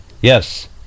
yes